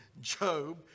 Job